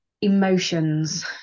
emotions